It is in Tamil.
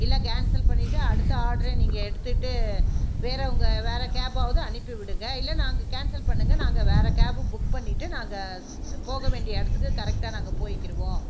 இல்லை கேன்சல் பண்ணிட்டு அடுத்த ஆர்டரை நீங்கள் எடுத்துட்டு வேறவங்க வேறே கேப்பாவது அனுப்பி விடுங்க இல்லை நாங்கள் கேன்சல் பண்ணுங்க நாங்கள் வேற கேபு புக் பண்ணிட்டு நாங்கள் போக வேண்டிய இடத்துக்கு கரெட்டாக நாங்கள் போயிக்கிடுவோம்